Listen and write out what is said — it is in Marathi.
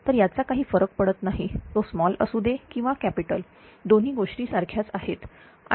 तर याचा काही फरक पडत नाही तो स्मॉल असू दे किंवा कॅपिटल दोन्ही गोष्टी सारख्याच आहेत